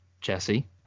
Jesse